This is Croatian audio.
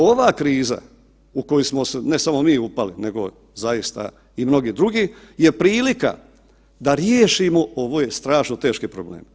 Ova kriza u koju smo se ne samo mi upali nego zaista i mnogi drugi je prilika da riješimo ove strašno teške probleme.